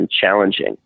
challenging